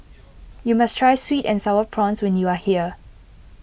you must try sweet and Sour Prawns when you are here